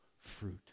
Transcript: fruit